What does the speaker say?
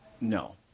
No